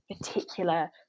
particular